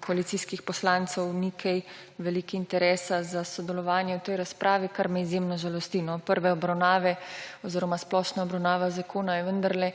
koalicijskih poslancev, ni kaj veliko interesa za sodelovanje v tej razpravi, kar me izjemno žalosti. Prva obravnava oziroma splošna obravnava zakona je vendarle